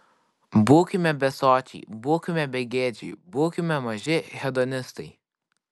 būkime besočiai būkime begėdžiai būkime maži hedonistai